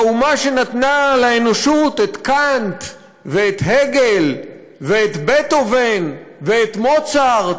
האומה שנתנה לאנושות את קאנט ואת הגל ואת בטהובן ואת מוצרט.